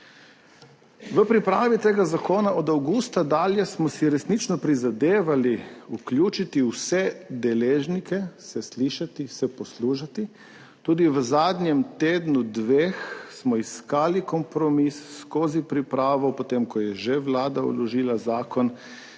V pripravi tega zakona od avgusta dalje smo si resnično prizadevali vključiti vse deležnike, se slišati, se poslušati, tudi v zadnjem tednu, dveh smo iskali kompromis skozi pripravo, potem ko je že Vlada vložila zakon.